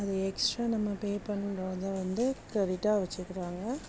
அது எக்ஸ்ட்ரா நம்ம பே பண்ணுறதா வந்து க்ரெடிட்டாக வச்சுக்கிறாங்க